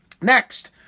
Next